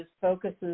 focuses